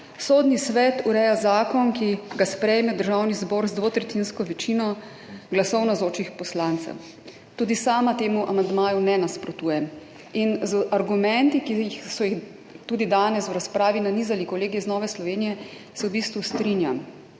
»Sodni svet ureja zakon, ki ga sprejme Državni zbor z dvotretjinsko večino glasov navzočih poslancev.« Tudi sama temu amandmaju ne nasprotujem in z argumenti, ki so jih tudi danes v razpravi nanizali kolegi iz Nove Slovenije, se v bistvu strinjam.